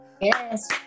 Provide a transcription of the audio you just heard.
Yes